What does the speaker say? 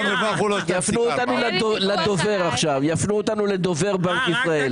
יפנו אותנו עכשיו לדובר בנק ישראל.